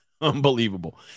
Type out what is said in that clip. Unbelievable